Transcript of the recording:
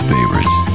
Favorites